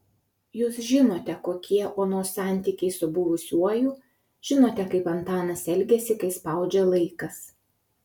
jūs žinote kokie onos santykiai su buvusiuoju žinote kaip antanas elgiasi kai spaudžia laikas